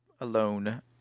alone